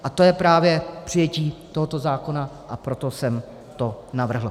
A to je právě přijetí tohoto zákona, a proto jsem to navrhl.